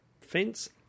fence